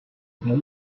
bay